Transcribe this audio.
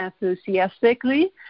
enthusiastically